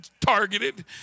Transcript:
targeted